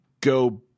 go